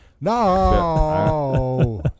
No